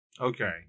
Okay